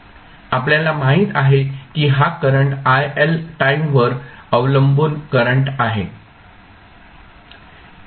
आपल्याला माहित आहे की हा करंट iL टाईमवर अवलंबून करंट आहे